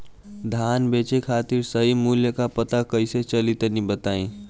धान बेचे खातिर सही मूल्य का पता कैसे चली तनी बताई?